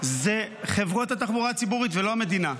חברות התחבורה הציבורית, ולא המדינה.